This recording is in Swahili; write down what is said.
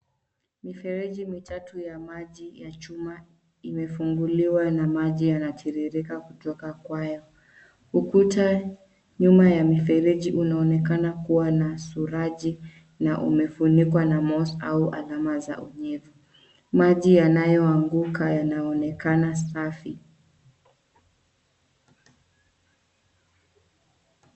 Mifereji mitatu ya maji ya chuma imefunguliwa na maji yanatiririka kutoka kwayo. Ukuta nyuma ya mifereji unaonekana kuwa na suraji na umefunikwa na moist au alama za unyevu. Maji yanayoanguka yanaonekana safi.